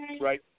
right